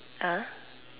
ah